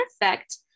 effect